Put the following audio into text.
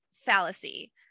fallacy